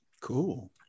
cool